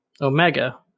Omega